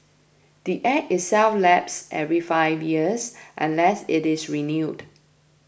the Act itself lapses every five years unless it is renewed